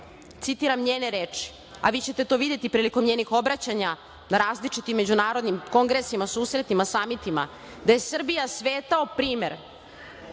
citiram njene reči, a vi ćete to videti prilikom njenih obraćanja na različitim međunarodnim kongresima, susretima, samitima, da je Srbija svetao primer